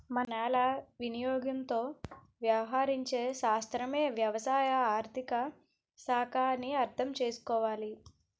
మన నేల వినియోగంతో వ్యవహరించే శాస్త్రమే వ్యవసాయ ఆర్థిక శాఖ అని అర్థం చేసుకోవాలి